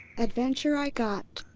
adventure i got.